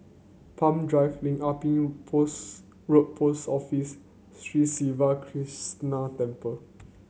Palm Drive Lim Ah Pin Post Road Post Office and Sri Siva Krishna Temple